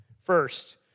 First